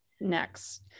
next